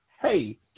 Hey